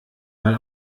mal